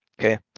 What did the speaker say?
okay